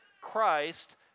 Christ